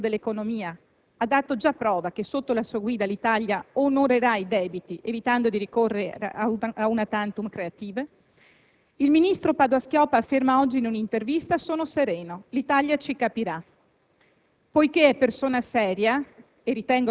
A differenza del suo predecessore, l'attuale Ministro dell'economia ha dato già prova che sotto la sua guida l'Italia onorerà i debiti, evitando di ricorrere a *una tantum* creative. Il ministro Padoa-Schioppa afferma oggi in una intervista: sono sereno, l'Italia ci capirà.